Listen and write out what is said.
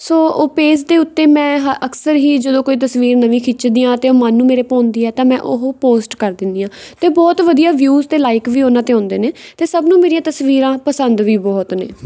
ਸੋ ਉਹ ਪੇਜ ਦੇ ਉੱਤੇ ਮੈਂ ਹ ਅਕਸਰ ਹੀ ਜਦੋਂ ਕੋਈ ਤਸਵੀਰ ਨਵੀਂ ਖਿੱਚਦੀ ਹਾਂ ਅਤੇ ਉਹ ਮਨ ਨੂੰ ਮੇਰੇ ਭਾਉਂਦੀ ਹੈ ਤਾਂ ਮੈਂ ਉਹ ਪੋਸਟ ਕਰ ਦਿੰਦੀ ਹਾਂ ਅਤੇ ਬਹੁਤ ਵਧੀਆ ਵਿਊਜ਼ ਅਤੇ ਲਾਈਕ ਵੀ ਉਹਨਾਂ 'ਤੇ ਆਉਂਦੇ ਨੇ ਅਤੇ ਸਭ ਨੂੰ ਮੇਰੀਆਂ ਤਸਵੀਰਾਂ ਪਸੰਦ ਵੀ ਬਹੁਤ ਨੇ